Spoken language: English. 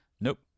nope